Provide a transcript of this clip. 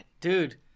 dude